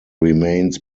remains